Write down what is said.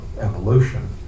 evolution